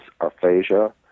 aphasia